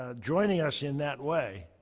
ah joining us in that way,